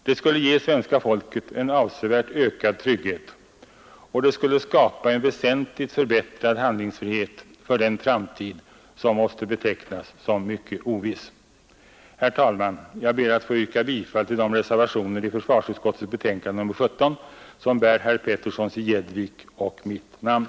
Det skulle ge svenska folket en avsevärt ökad trygghet, och det skulle skapa en väsentligt förbättrad handlingsfrihet för den framtid som måste betecknas som mycket oviss. Herr talman! Jag ber att få yrka bifall till de reservationer vid försvarsutskottets betänkande nr 17 som bär herr Peterssons i Gäddvik och mitt namn.